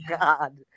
God